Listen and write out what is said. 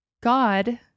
God